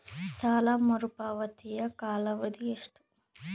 ಸಾಲ ಮರುಪಾವತಿಯ ಕಾಲಾವಧಿ ಎಷ್ಟು?